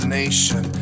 nation